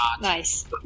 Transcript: Nice